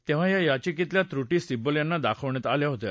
तेव्हा या याचिकेतल्या त्रुटी सिब्बल यांना दाखवण्यात आल्या होत्या